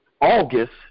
August